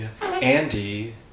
Andy